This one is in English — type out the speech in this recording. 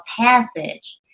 passage